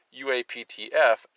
UAPTF